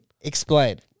Explain